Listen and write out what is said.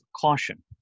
caution